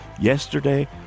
Yesterday